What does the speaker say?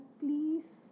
please